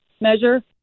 measure